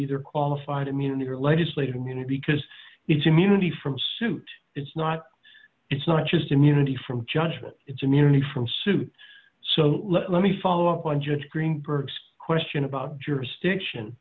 either qualified immunity or legislative immunity because it's immunity from suit it's not it's not just immunity from judgement it's immunity from suit so let me follow up on just greenberg's question about jurisdiction